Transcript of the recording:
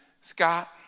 Scott